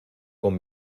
con